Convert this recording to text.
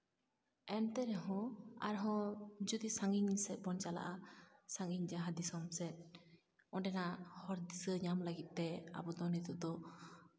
ᱮᱱᱛᱮ ᱨᱮᱦᱚᱸ ᱟᱨᱦᱚᱸ ᱡᱩᱫᱤ ᱥᱟᱺᱜᱤᱧ ᱥᱮᱫ ᱵᱚᱱ ᱪᱟᱞᱟᱜᱼᱟ ᱥᱟᱺᱜᱤᱧ ᱡᱟᱦᱟᱸ ᱫᱤᱥᱚᱢ ᱥᱮᱫ ᱚᱸᱰᱮᱱᱟᱜ ᱦᱚᱨ ᱫᱤᱥᱟᱹ ᱧᱟᱢ ᱞᱟᱹᱜᱤᱫ ᱛᱮ ᱟᱵᱚ ᱫᱚ ᱱᱤᱛᱳᱜ ᱫᱚ